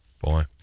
Boy